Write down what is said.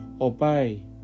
Obey